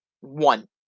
One